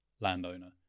landowner